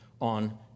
on